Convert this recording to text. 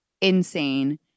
insane